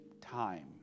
time